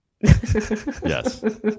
yes